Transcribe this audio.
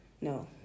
no